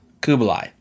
Kublai